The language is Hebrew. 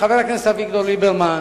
חבר הכנסת אביגדור ליברמן